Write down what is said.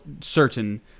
certain